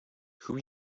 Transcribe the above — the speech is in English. who